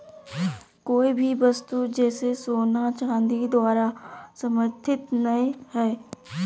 कोय भी वस्तु जैसे सोना चांदी द्वारा समर्थित नय हइ